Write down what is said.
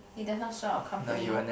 it does not show our company